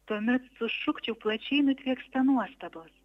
tuomet sušukčiau plačiai nutvieksta nuostabos